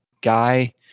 guy